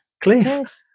Cliff